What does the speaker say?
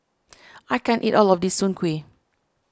I can't eat all of this Soon Kway